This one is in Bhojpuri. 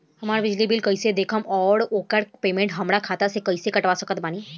हमार बिजली बिल कईसे देखेमऔर आउर ओकर पेमेंट हमरा खाता से कईसे कटवा सकत बानी?